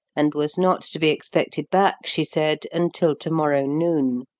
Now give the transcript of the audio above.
and was not to be expected back, she said, until to-morrow noon.